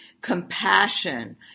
compassion